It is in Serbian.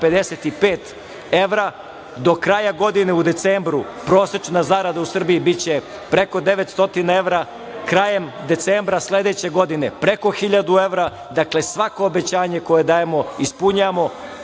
855 evra. Do kraja godine u decembru prosečna zarada u Srbiji biće preko 900 evra, krajem decembra sledeće godine preko 1.000 evra. Dakle, svako obećanje koje dajemo ispunjavamo.